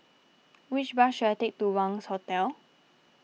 which bus should I take to Wangz Hotel